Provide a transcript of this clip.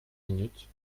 minutes